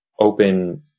open